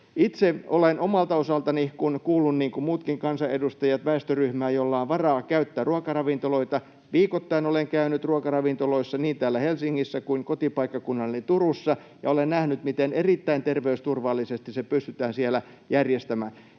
Itse olen omalta osaltani, kun niin kuin muutkin kansanedustajat kuulun väestöryhmään, jolla on varaa käyttää ruokaravintoloita, viikoittain käynyt ruokaravintoloissa niin täällä Helsingissä kuin kotipaikkakunnallani Turussa ja olen nähnyt, miten erittäin terveysturvallisesti se pystytään siellä järjestämään.